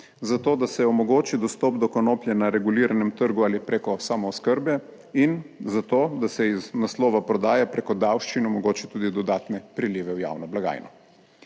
zato da se omogoči dostop do konoplje na reguliranem trgu ali preko samooskrbe in zato, da se iz naslova prodaje preko davščin omogoči tudi dodatne prilive v javno blagajno.